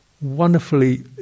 Wonderfully